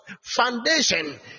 foundation